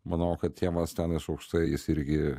manau kad tėvas ten iš aukštai jis irgi